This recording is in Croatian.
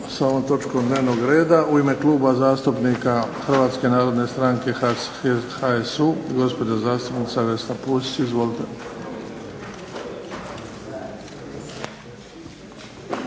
sa ovom točkom dnevnog reda. U ime Kluba zastupnika Hrvatske narodne stranke, HSU, gospođa zastupnica Vesna Pusić. Izvolite.